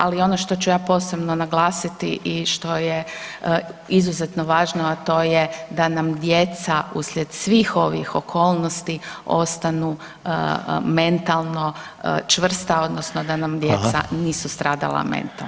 Ali ono što ću ja posebno naglasiti i što je izuzetno važno, a to je da nam djeca uslijed svih ovih okolnosti ostanu mentalno čvrsta odnosno da nam djeca nisu stradala mentalno.